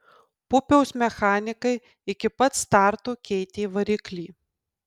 pupiaus mechanikai iki pat starto keitė variklį